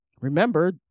Remember